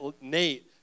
Nate